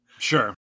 Sure